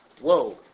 Whoa